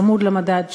צמוד למדד,